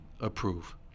approve